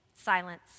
Silence